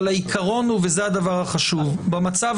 אבל העיקרון הוא וזה הדבר החשוב במצב